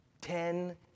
Ten